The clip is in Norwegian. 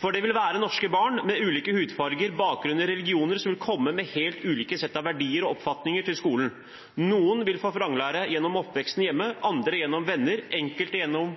For det vil være norske barn med ulike hudfarger, bakgrunner og religioner som vil komme med helt ulike sett av verdier og oppfatninger til skolen. Noen har fått vranglære gjennom oppveksten hjemme, andre gjennom venner, enkelte gjennom